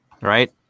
Right